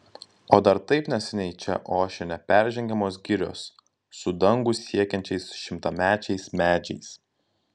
o dar taip neseniai čia ošė neperžengiamos girios su dangų siekiančiais šimtamečiais medžiais